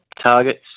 targets